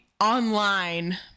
online